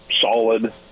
solid